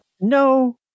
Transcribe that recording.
No